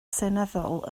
seneddol